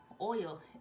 oil